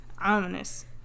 Ominous